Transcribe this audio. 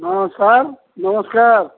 ହଁ ସାର୍ ନମସ୍କାର